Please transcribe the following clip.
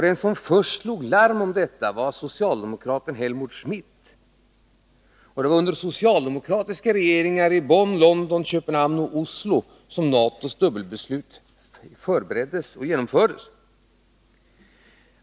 Den som först slog larm om detta var socialdemokraten Helmut Schmidt. Det var under socialdemokratiska regeringar i Bonn, London, Köpenhamn och Oslo som NATO:s dubbelbeslut förbereddes och genomfördes.